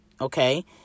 Okay